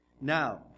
Now